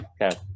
Okay